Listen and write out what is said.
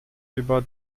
über